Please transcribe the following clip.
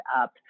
up